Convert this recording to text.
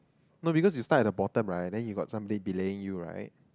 no because you start at the bottom right then you got something belay you right